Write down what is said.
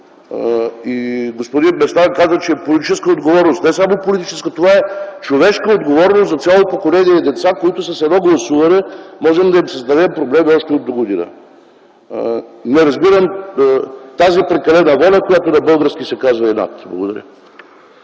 Господин Местан казва, че е политическа отговорност. Не е само политическа. Това е човешка отговорност за цяло поколение деца, на които с едно гласуване може да създадем големи проблеми още от догодина. Не разбирам тази прекалена воля, която на български се казва инат. Благодаря